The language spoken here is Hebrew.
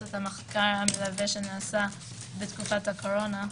את המחקר המלווה שנעשה בתקופת הקורונה.